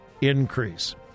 increase